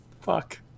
Fuck